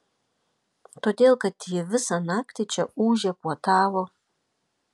todėl kad ji visą naktį čia ūžė puotavo